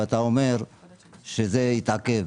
ואתה אומר שזה יתעכב.